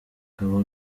ngo